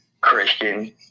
Christian